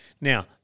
Now